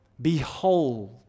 Behold